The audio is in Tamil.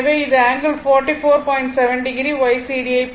7o YCd ஐப் பெறும்